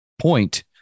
point